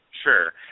Sure